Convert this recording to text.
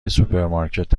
سوپرمارکت